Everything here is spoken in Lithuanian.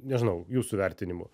nežinau jūsų vertinimu